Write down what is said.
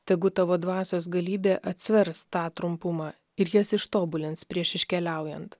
tegu tavo dvasios galybė atsvers tą trumpumą ir jas ištobulins prieš iškeliaujant